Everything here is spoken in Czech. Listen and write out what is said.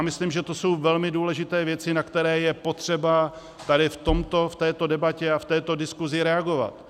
Myslím, že to jsou velmi důležité věci, na které je potřeba tady v této debatě a v této diskuzi reagovat.